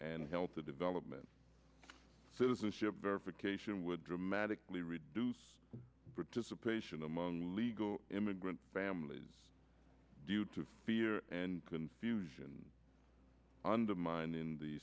and health the development citizenship verification would dramatically reduce participation among illegal immigrant families due to fear and confusion undermined in the